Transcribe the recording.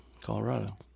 colorado